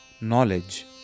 Knowledge